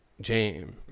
jam